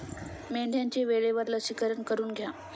मेंढ्यांचे वेळेवर लसीकरण करून घ्या